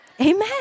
amen